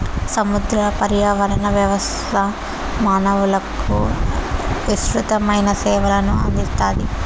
సముద్ర పర్యావరణ వ్యవస్థ మానవులకు విసృతమైన సేవలను అందిస్తాయి